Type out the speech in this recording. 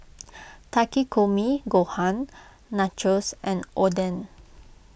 Takikomi Gohan Nachos and Oden